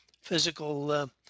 physical